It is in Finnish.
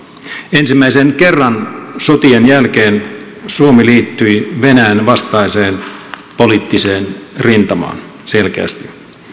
ensimmäisen kerran sotien jälkeen suomi liittyi venäjän vastaiseen poliittiseen rintamaan selkeästi